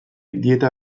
dieta